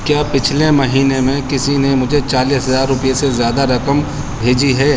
کیا پچھلے مہینے میں کسی نے مجھے چالیس ہزار روپے سے زیادہ رقم بھیجی ہے